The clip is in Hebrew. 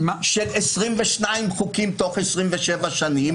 של 22 חוקים בתוך 27 שנים.